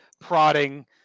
prodding